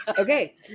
Okay